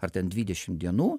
ar ten dvidešimt dienų